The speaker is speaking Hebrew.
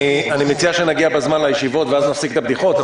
אני מציע שנגיע בזמן לישיבות ואז נפסיק את הבדיחות.